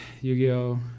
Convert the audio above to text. Yu-Gi-Oh